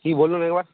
কী বলুন একবার